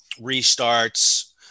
restarts